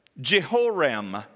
Jehoram